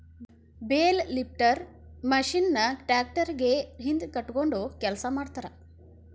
bale lifter machine ನ tractor ಗೆ ಹಿಂದ್ ಜೋಡ್ಸ್ಕೊಂಡು ಕೆಲಸ ಮಾಡ್ತಾರ